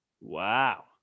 Wow